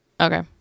Okay